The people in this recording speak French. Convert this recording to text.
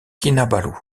kinabalu